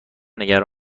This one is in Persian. نگران